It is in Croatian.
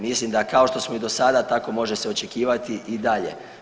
Mislim kao što smo i do sada tako može se očekivati i dalje.